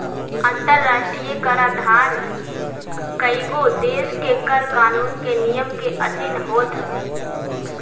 अंतरराष्ट्रीय कराधान कईगो देस के कर कानून के नियम के अधिन होत हवे